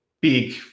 big